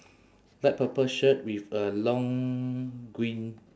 light purple shirt with a long green